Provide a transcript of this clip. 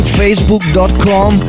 facebook.com